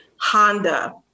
Honda